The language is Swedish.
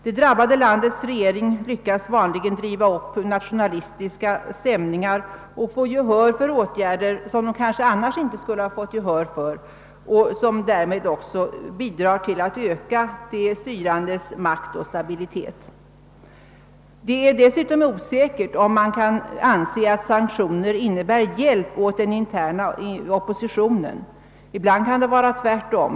Det drabbade landets regering kan lyckas driva upp nationalistiska stämningar och få gehör för åtgärder, som den kanske annars inte skulle ha fått gensvar på och som därmed också bidrar till att öka de styrandes makt och regimens stabilitet. Det är dessutom osäkert om man kan anse att sanktioner innebär hjälp åt den interna oppositionen. Ibland kan det vara tvärtom.